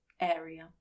area